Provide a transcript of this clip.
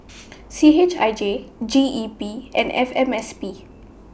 C H I J G E P and F M S P